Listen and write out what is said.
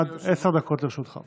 אדוני היושב-ראש, עד עשר דקות לרשותך.